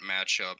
matchup